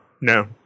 no